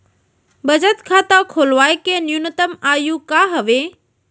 बचत खाता खोलवाय के न्यूनतम आयु का हवे?